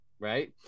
right